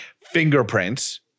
Fingerprints